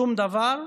שום דבר.